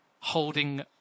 holding